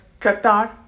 Qatar